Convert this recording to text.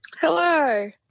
Hello